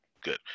good